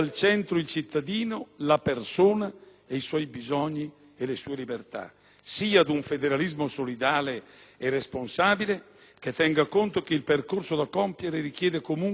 i suoi bisogni e le sue libertà; sì ad un federalismo solidale e responsabile che tenga conto che il percorso da compiere richiede comunque riflessione ed approfondimento.